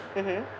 mmhmm